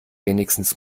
wenigstens